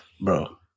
Bro